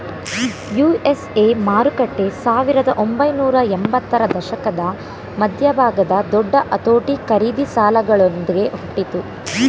USA ಮಾರುಕಟ್ಟೆ ಸಾವಿರದ ಒಂಬೈನೂರ ಎಂಬತ್ತರ ದಶಕದ ಮಧ್ಯಭಾಗದ ದೊಡ್ಡ ಅತೋಟಿ ಖರೀದಿ ಸಾಲಗಳೊಂದ್ಗೆ ಹುಟ್ಟಿತು